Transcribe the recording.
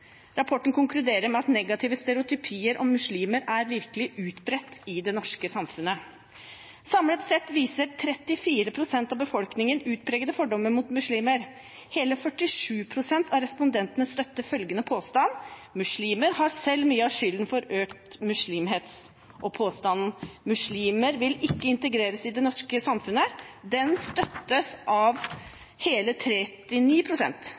Rapporten konkluderer med at negative stereotypier om muslimer er virkelig utbredt i det norske samfunnet. Samlet sett viser 34 pst. av befolkningen utpregede fordommer mot muslimer. Hele 47 pst. av respondentene støtter følgende påstand: «Muslimer har selv mye av skylden for økt muslimhets.» Påstanden «Muslimer vil ikke integreres i det norske samfunnet» støttes